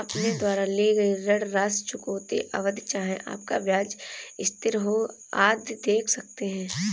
अपने द्वारा ली गई ऋण राशि, चुकौती अवधि, चाहे आपका ब्याज स्थिर हो, आदि देख सकते हैं